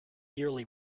yearly